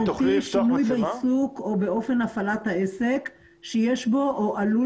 שינוי מהותי בעיסוק או באופן הפעלת העסק שיש בו או עלול